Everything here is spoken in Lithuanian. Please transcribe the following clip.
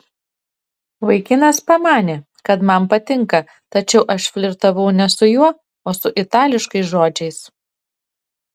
vaikinas pamanė kad man patinka tačiau aš flirtavau ne su juo o su itališkais žodžiais